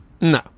No